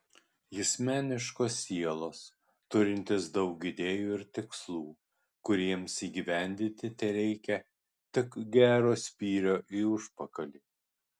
jis meniškos sielos turintis daug idėjų ir tikslų kuriems įgyvendinti tereikia tik gero spyrio į užpakalį